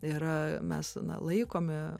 ir mes na laikome